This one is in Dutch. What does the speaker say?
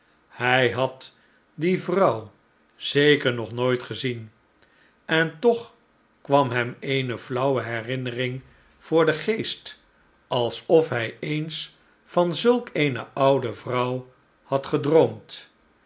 hij had die vrouw zeker nog nooit gezien en toch kwam hem eene flauwe herinnering voor den geest alsof hij eens van zulk eene oude vrouw had gedroomd